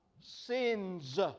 sins